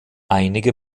einige